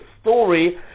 story